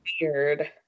weird